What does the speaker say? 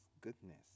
goodness